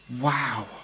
Wow